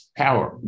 power